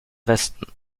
westen